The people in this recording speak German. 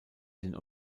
den